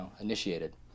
initiated